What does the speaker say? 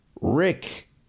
Rick